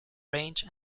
range